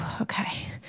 okay